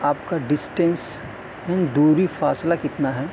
آپ کا ڈسٹینس یعنی دوری فاصلہ کتنا ہے